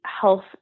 health